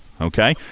Okay